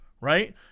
right